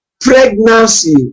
pregnancy